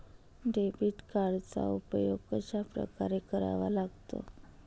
Debit कार्डचा उपयोग कशाप्रकारे करावा लागतो?